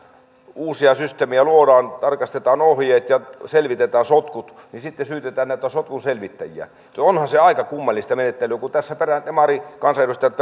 uusia systeemejä luodaan tarkastetaan ohjeet ja selvitetään sotkut niin syytetään näitä sotkun selvittäjiä onhan se aika kummallista menettelyä kun tässä demarikansanedustajat